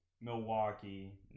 Milwaukee